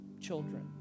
children